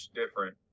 different